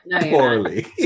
poorly